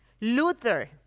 Luther